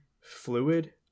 fluid